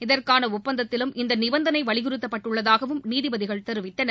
இதற்கான ஒப்பந்தத்திலும் இந்த நிபந்தனை வலியுறுத்தப்பட்டுள்ளதாகவும் நீதிபதிகள் தெரிவித்தனர்